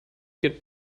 get